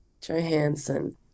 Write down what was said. Johansson